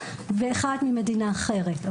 ואחד ממדינה אחרת.